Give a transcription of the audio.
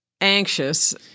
anxious